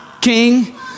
king